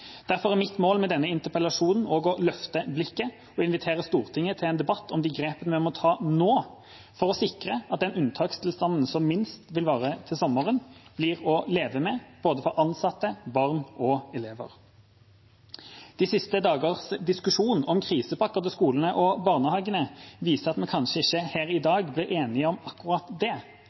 Derfor er mitt mål med denne interpellasjonen også å løfte blikket og invitere Stortinget til en debatt om de grepene vi må ta nå for å sikre at den unntakstilstanden som minst vil vare til sommeren, blir å leve med for både ansatte, barn og elever. De siste dagers diskusjon om krisepakker til skolene og barnehagene viser at vi kanskje ikke her i dag blir enige om akkurat det.